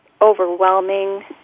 overwhelming